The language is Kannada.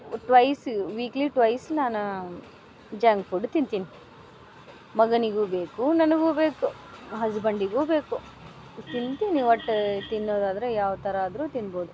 ಟ್ವೈಸ್ ವೀಕ್ಲಿ ಟ್ವೈಸ್ ನಾನು ಜಂಕ್ ಫುಡ್ ತಿಂತೀನಿ ಮಗನಿಗು ಬೇಕು ನನಗೂ ಬೇಕು ಹಸ್ಬೆಂಡಿಗು ಬೇಕು ತಿಂತೀನಿ ಒಟ್ಟು ತಿನ್ನೋದಾದರೆ ಯಾವ ಥರ ಆದರು ತಿನ್ಬೋದು